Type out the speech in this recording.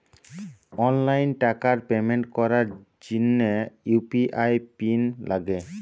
online টাকার payment করার জিনে ইউ.পি.আই পিন লাগে